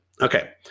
okay